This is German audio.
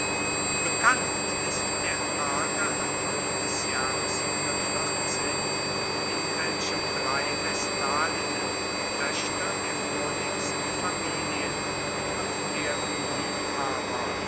bekannt ist der arge handel des jahres in welchem drei vestalinnen töchter der vornehmsten familien und deren liebhaber